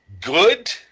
good